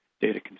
data